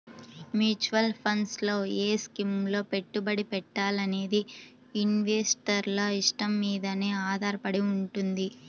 mutual funds లో ఏ స్కీముల్లో పెట్టుబడి పెట్టాలనేది ఇన్వెస్టర్ల ఇష్టం మీదనే ఆధారపడి వుంటది